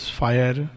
fire